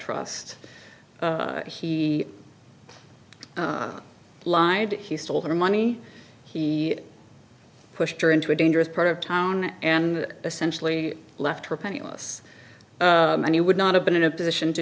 trust he lived he stole her money he pushed her into a dangerous part of town and essentially left her penniless and he would not have been in a position to